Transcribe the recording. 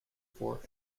four